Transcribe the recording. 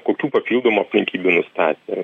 kokių papildomų aplinkybių nustatė